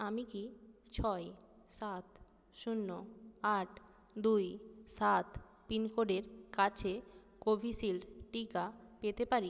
আমি কি ছয় সাত শূন্য আট দুই সাত পিনকোডের কাছে কোভিশিল্ড টিকা পেতে পারি